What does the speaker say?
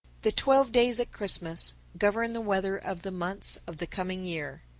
the twelve days at christmas govern the weather of the months of the coming year.